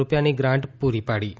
રૂપિયાની ગ્રાન્ટ પૂરી પાડી છે